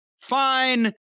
fine